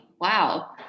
wow